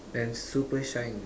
and super shine